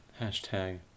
Hashtag